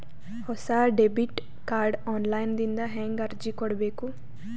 ಹೊಸ debit card online ದಿಂದ ಹೇಂಗ ಅರ್ಜಿ ಕೊಡಬೇಕು?